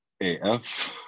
AF